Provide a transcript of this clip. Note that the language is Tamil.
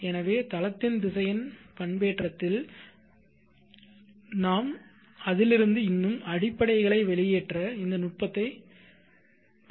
எனவே தளத்தின் திசையன் பண்பேற்றத்தில் நாங்கள் அதிலிருந்து இன்னும் அடிப்படைகளை வெளியேற்ற இந்த நுட்பத்தைப் படுத்துகிறேன்